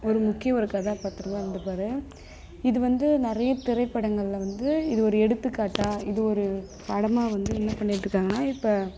ஒரு முக்கிய ஒரு கதாப்பாத்திரமாக இருந்திருப்பாரு இது வந்து நிறைய திரைப்படங்கள்ல வந்து இது ஒரு எடுத்துக்காட்டாக இது ஒரு படமாக வந்து இது பண்ணிட்டுருக்காங்கனா இப்போ